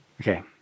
Okay